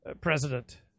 president